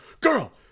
girl